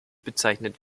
bezeichnet